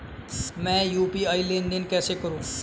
मैं यू.पी.आई लेनदेन कैसे करूँ?